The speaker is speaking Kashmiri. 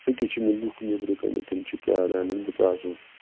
یٔکیٛاہ چھِ مےٚ لُکھ نیٚبرٕ کَنہِ تِم چھِ پیاران بہٕ ژاس وٕ